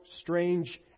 strange